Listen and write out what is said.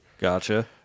Gotcha